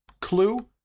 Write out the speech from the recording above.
Clue